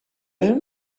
him